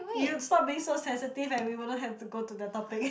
you stop being so sensitive and we wouldn't have to go to the topic